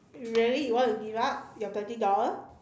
really you want to give up your thirty dollars